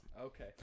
Okay